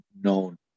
known